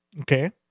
okay